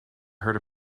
heard